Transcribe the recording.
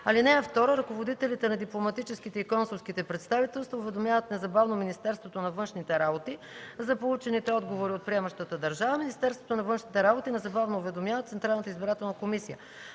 посланик. (2) Ръководителите на дипломатическите и консулските представителства уведомяват незабавно Министерството на външните работи за получените отговори от приемащата държава. Министерството на външните работи незабавно уведомява Централната избирателна комисия.